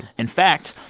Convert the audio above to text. in fact,